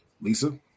Lisa